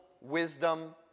wisdom